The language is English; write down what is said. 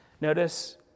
Notice